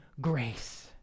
grace